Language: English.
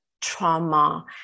trauma